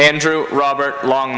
andrew robert long